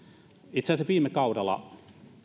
itse asiassa viime kaudella